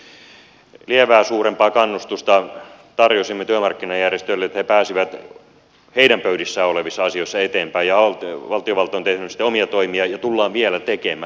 me sanotaanko nyt lievää suurempaa kannustusta tarjosimme työmarkkinajärjestöille että he pääsivät heidän pöydissään olevissa asioissa eteenpäin ja valtiovalta on tehnyt sitten omia toimiaan ja tulee vielä tekemään